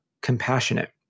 compassionate